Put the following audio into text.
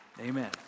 Amen